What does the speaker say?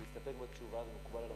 מקובל.